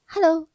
Hello